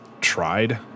Tried